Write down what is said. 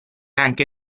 anche